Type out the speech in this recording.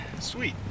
Sweet